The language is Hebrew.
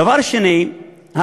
דבר שני,